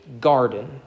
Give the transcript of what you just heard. garden